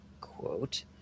quote